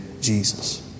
Jesus